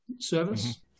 service